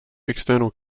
external